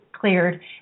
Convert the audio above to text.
cleared